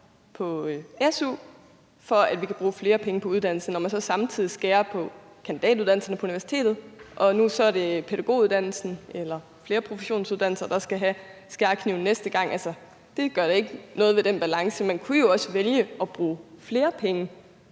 på su, for at vi kan bruge flere penge på uddannelse, når man så samtidig skærer på kandidatuddannelserne på universitetet. Og nu er det så pædagoguddannelsen eller flere professionsuddannelser, der skal have skærekniven næste gang. Det gør ikke noget ved den balance. Man kunne jo også vælge at bruge flere penge